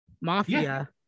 Mafia